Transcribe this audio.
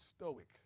stoic